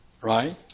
right